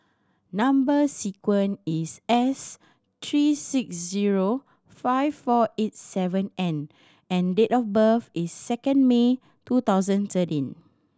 number sequence is S three six zero five four eight seven N and date of birth is second May two thousand thirteen